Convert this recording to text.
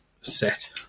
set